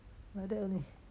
like that only